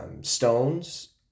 stones